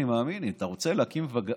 אני מאמין: אם אתה רוצה להקים ועדה